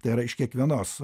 tai yra iš kiekvienos